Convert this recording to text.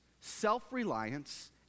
self-reliance